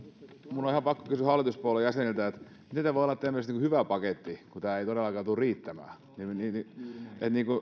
minun on ihan pakko kysyä hallituspuolueiden jäseniltä miten tämä voi olla teidän mielestänne hyvä paketti kun tämä ei todellakaan tule riittämään kun ravintolat